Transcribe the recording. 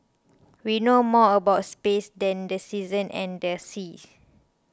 we know more about space than the seasons and the seas